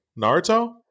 Naruto